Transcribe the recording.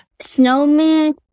Snowman